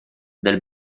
del